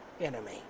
enemy